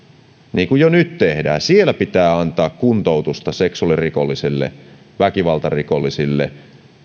niin kuin jo nyt tehdään pitää antaa kuntoutusta seksuaalirikollisille väkivaltarikollisille